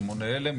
רימוני הלם,